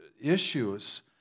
issues